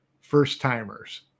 first-timers